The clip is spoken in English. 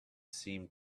seemed